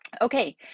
Okay